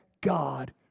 God